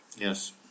Yes